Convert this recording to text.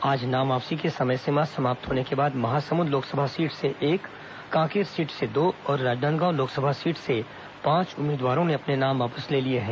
आज नाम वापसी की समय सीमा समाप्त होने के बाद महासमुंद लोकसभा सीट से एक कांकेर सीट से दो और राजनांदगांव लोकसभा सीट से पांच उम्मीदवारों ने अपने नाम वापस ले लिए हैं